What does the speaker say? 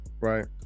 Right